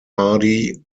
hardy